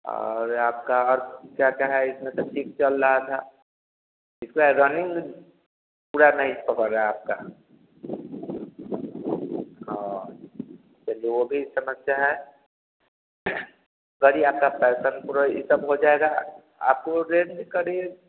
और आपका क्या क्या है इसमें तो ठीक चल रहा था इसका रनिंग पूरा नहीं पकड़ रहा है आपका चलिए वह भी समस्या है गाड़ी आपका पैशन प्रो यह सब हो जाएगा आपको रेंज करीब